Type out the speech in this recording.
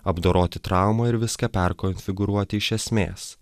apdoroti traumą ir viską perkonfigūruoti iš esmės